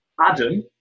Adam